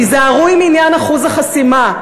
תיזהרו עם עניין אחוז החסימה.